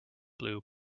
blue